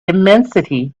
immensity